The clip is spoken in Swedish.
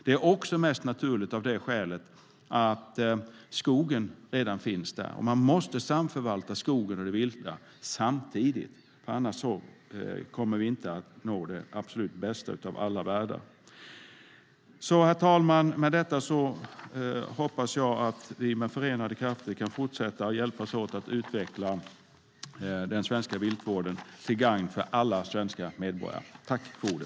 Det är också mest naturligt av det skälet att skogen redan hanteras på Landsbygdsdepartementet, och man måste samförvalta skogen och det vilda. Annars kommer vi inte att nå den absolut bästa av alla världar. Herr talman! Med detta hoppas jag att vi med förenade krafter kan fortsätta att hjälpas åt att utveckla den svenska viltvården till gagn för alla svenska medborgare.